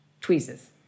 tweezers